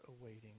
awaiting